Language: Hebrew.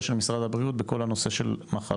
של משרד הבריאות לגבי כל מיני מחלות,